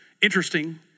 Interesting